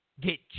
get